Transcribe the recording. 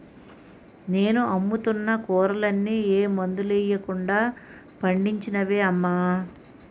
నేను అమ్ముతున్న కూరలన్నీ ఏ మందులెయ్యకుండా పండించినవే అమ్మా